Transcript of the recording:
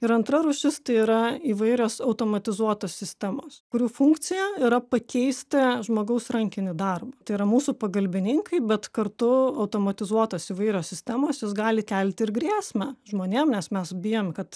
ir antra rūšis tai yra įvairios automatizuotos sistemos kurių funkcija yra pakeisti žmogaus rankinį darbą tai yra mūsų pagalbininkai bet kartu automatizuotos įvairios sistemos jos gali kelti ir grėsmę žmonėm nes mes bijom kad